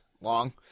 long